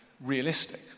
realistic